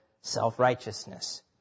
self-righteousness